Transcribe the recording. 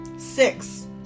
six